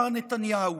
מר נתניהו,